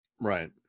Right